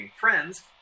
friends